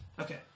Okay